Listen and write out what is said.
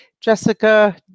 Jessica